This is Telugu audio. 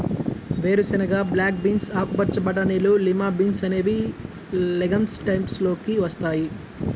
వేరుశెనగ, బ్లాక్ బీన్స్, ఆకుపచ్చ బటానీలు, లిమా బీన్స్ అనేవి లెగమ్స్ టైప్స్ లోకి వస్తాయి